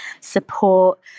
support